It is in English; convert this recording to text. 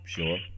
Sure